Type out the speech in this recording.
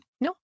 No